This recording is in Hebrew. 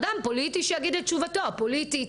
אדם פוליטית שיגיד את תשובתו הפוליטית.